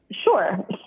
Sure